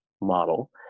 model